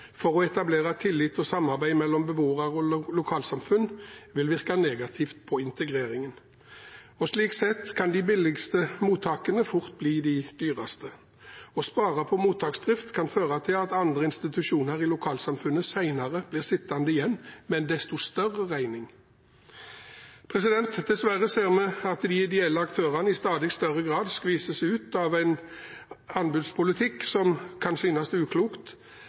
for å etablere tillit og samarbeid mellom beboere og lokalsamfunn, vil virke negativt på integreringen. Slik sett kan de billigste mottakene fort bli de dyreste. Å spare på mottaksdrift kan føre til at andre institusjoner i lokalsamfunnet senere blir sittende igjen med en desto større regning. Dessverre ser vi at de ideelle aktørene i stadig større grad skvises ut av en anbudspolitikk som kan synes